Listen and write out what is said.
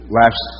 last